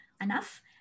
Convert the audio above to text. enough